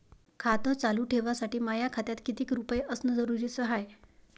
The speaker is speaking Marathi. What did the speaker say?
खातं चालू ठेवासाठी माया खात्यात कितीक रुपये असनं जरुरीच हाय?